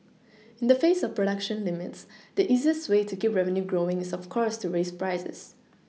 in the face of production limits the easiest way to keep revenue growing is of course to raise prices